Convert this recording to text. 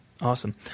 Awesome